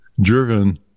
driven